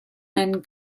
and